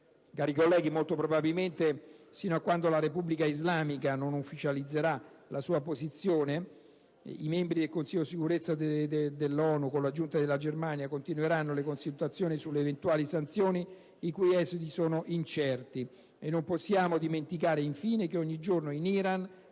Cari colleghi, molto probabilmente, sino a quando la Repubblica islamica non ufficializzerà la sua posizione, i membri del Consiglio di sicurezza dell'ONU, con l'aggiunta della Germania, continueranno le consultazioni sulle eventuali sanzioni, i cui esiti sono incerti. Non possiamo dimenticare, infine, che ogni giorno in Iran